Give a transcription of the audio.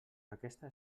aquesta